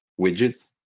widgets